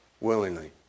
willingly